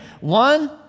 One